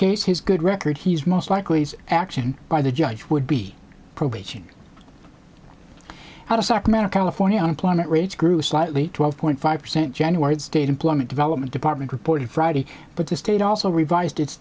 his good record he's most likely action by the judge would be probation out of sacramento california unemployment rates grew slightly twelve point five percent january state employment development department reported friday but the state also revised it